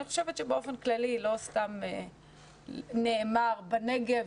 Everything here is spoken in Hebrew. אני חושבת שבאופן כללי לא סתם נאמר בנגב,